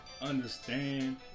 understand